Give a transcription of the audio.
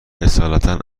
اصالتا